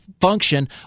function